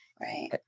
right